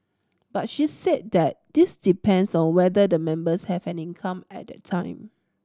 but she said that this depends on whether the members have an income at that time